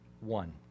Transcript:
one